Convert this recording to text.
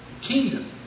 kingdom